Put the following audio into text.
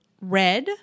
red